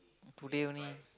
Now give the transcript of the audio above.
today only